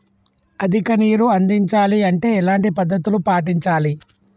అధిక నీరు అందించాలి అంటే ఎలాంటి పద్ధతులు పాటించాలి?